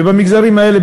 ובמגזרים האלה,